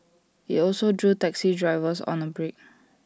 IT also drew taxi drivers on A break